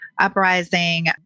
uprising